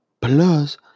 Plus